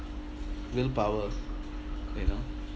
willpower you know